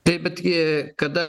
taip bet gi kada